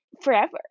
forever